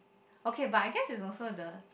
okay but I guess it's also the